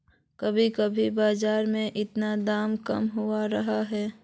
कभी कभी बाजार में इतना दाम कम कहुम रहे है?